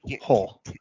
hole